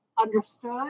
understood